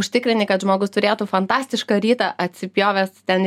užtikrini kad žmogus turėtų fantastišką rytą atsipjovęs ten